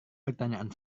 pertanyaan